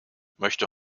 möchte